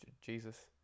Jesus